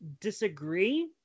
disagree